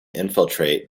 infiltrate